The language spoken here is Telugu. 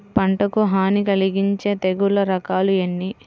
పంటకు హాని కలిగించే తెగుళ్ల రకాలు ఎన్ని?